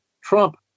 Trump